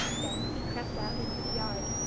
then he crept out into the yard,